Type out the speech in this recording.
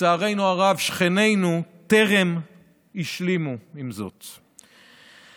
לצערנו הרב, שכנינו טרם השלימו עם זאת.